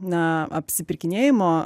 na apsipirkinėjimo